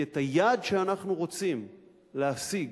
כי את היעד שאנחנו רוצים להשיג,